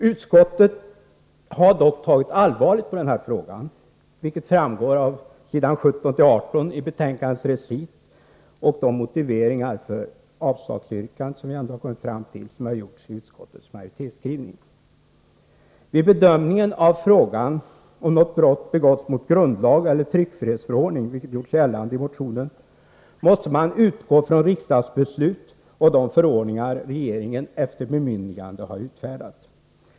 Utskottet har dock tagit allvarligt på frågan, vilket framgår av s. 17-18 i betänkandets recit och de motiveringar för avslagsyrkandet — vilket vi ändå har kommit fram till — som har gjorts i utskottets majoritetsskrivning. Vid bedömningen av frågan om något brott begåtts mot grundlag eller tryckfrihetsförordning — vilket gjorts gällande i motionen — måste man utgå från riksdagsbeslut och de förordningar regeringen efter bemyndigande har utfärdat.